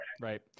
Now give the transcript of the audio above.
right